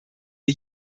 wir